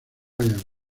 ryan